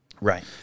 Right